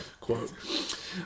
Quote